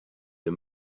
the